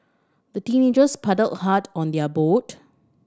the teenagers paddled hard on their boat